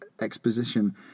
exposition